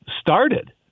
started